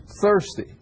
thirsty